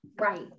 Right